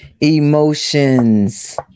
emotions